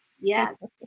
Yes